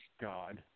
God